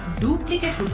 duplicate